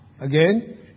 Again